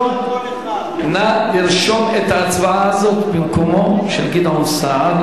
נא לרשום את ההצבעה הזאת במקומו של גדעון סער,